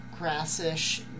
grassish